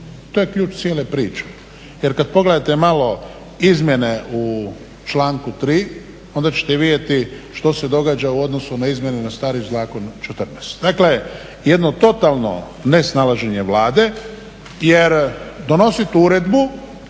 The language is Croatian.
To je ključ cijele priče. Jer kad pogledate malo izmjene u članku 3. onda ćete vidjeti što se događa u odnosu na izmjene na stari zakon četrnaest. Dakle, jedno totalno nesnalaženje Vlade, jer donosit uredbu,